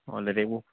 অ লেটেকু